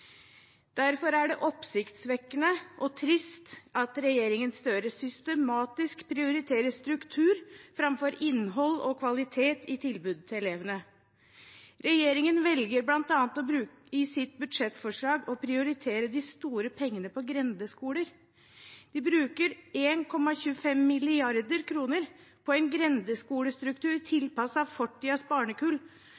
Derfor er det oppsiktsvekkende – og trist – at regjeringen Støre systematisk prioriterer struktur framfor innhold og kvalitet i tilbudet til elevene. Regjeringen velger bl.a. i sitt budsjettforslag å prioritere de store pengene til grendeskoler. De bruker 1,25 mrd. kr på en grendeskolestruktur